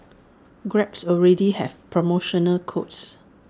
grabs already has promotional codes